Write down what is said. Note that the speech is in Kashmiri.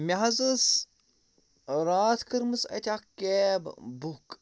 مےٚ حظ ٲس راتھ کٔرمٕژ اَتہِ اَکھ کیب بُک